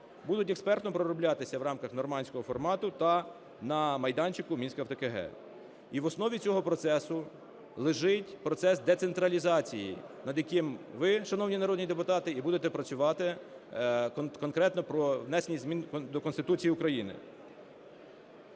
будуть експертами пророблятися в рамках "нормандського формату" та на майданчику Мінська та ТКГ. І в основі цього процесу лежить процес децентралізації, над яким ви, шановні народні депутати, і будете працювати конкретно про внесення змін до Конституції України.